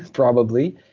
probably.